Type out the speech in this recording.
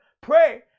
Pray